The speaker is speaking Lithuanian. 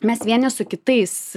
mes vieni su kitais